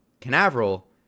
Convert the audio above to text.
Canaveral